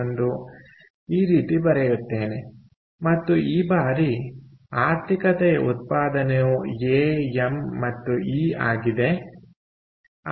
1 ಈ ರೀತಿ ಬರೆಯುತ್ತೇನೆ ಮತ್ತು ಈ ಬಾರಿ ಆರ್ಥಿಕತೆಯ ಉತ್ಪಾದನೆಯು ಎ ಎಂ ಮತ್ತು ಇ ಆಗಿದೆ